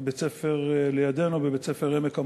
ובית-הספר "עמק המעיינות"